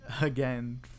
again